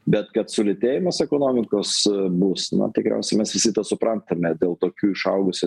bet kad sulėtėjimas ekonomikos bus na tikriausiai mes visi tą suprantame dėl tokių išaugusių